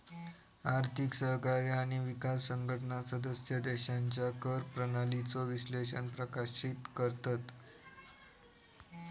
आर्थिक सहकार्य आणि विकास संघटना सदस्य देशांच्या कर प्रणालीचो विश्लेषण प्रकाशित करतत